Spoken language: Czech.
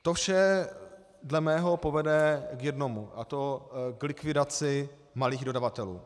To vše dle mého povede k jednomu, a to k likvidaci malých dodavatelů.